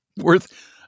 worth